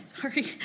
sorry